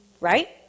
right